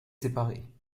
séparer